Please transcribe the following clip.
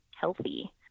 healthy